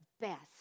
best